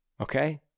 Okay